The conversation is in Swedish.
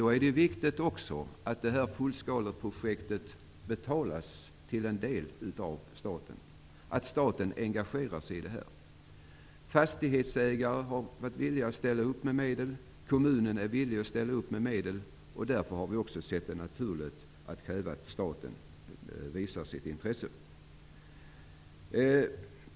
Det är då också viktigt att det fullskaleprojektet till en del betalas av staten, att staten engagerar sig i det här. Fastighetsägare har varit villiga att ställa upp med medel. Kommunen är villig att ställa upp med medel. Därför har vi också ansett det naturligt att kräva att staten visar sitt intresse.